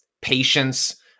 patience